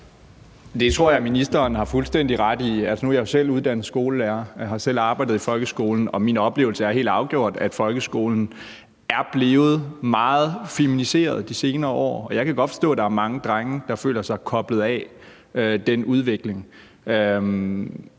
Det tror jeg ministeren har fuldstændig ret i. Nu er jeg jo selv uddannet skolelærer, og jeg har selv arbejdet i folkeskolen, og min oplevelse er helt afgjort, at folkeskolen er blevet meget feminiseret i de senere år, og jeg kan godt forstå, at der er mange drenge, der føler sig koblet af den udvikling,